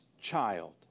child